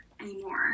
anymore